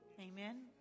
Amen